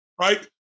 right